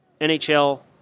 NHL